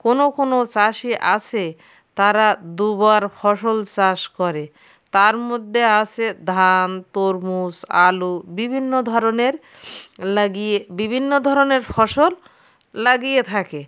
কোনো কোনো চাষি আছে তারা দুবার ফসল চাষ করে তার মধ্যে আছে ধান তরমুজ আলু বিভিন্ন ধরনের লাগিয়ে বিবিন্ন ধরনের ফসল লাগিয়ে থাকে